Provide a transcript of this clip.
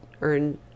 earn